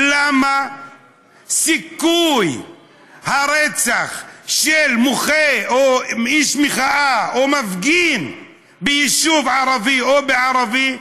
למה סיכוי הרצח של מוחה או איש מחאה או מפגין ביישוב ערבי או של ערבי,